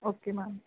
okay ma'am